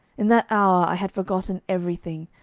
in that hour i had forgotten everything,